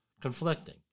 conflicting